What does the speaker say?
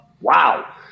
Wow